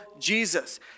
Jesus